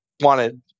wanted